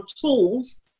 tools